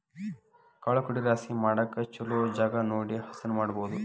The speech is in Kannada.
ಕಾಳು ಕಡಿ ರಾಶಿ ಮಾಡಾಕ ಚುಲೊ ಜಗಾ ನೋಡಿ ಹಸನ ಮಾಡುದು